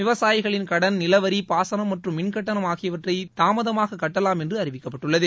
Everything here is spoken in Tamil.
விவசாயிகளின் கடன் நிலவரி பாசனம் மற்றும் மின் கட்டணம் ஆகியவற்றை தாமதமாக கட்டலாம் என்று அறிவிக்கப்பட்டுள்ளது